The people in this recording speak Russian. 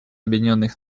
объединенных